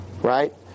right